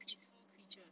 peaceful creatures